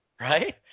right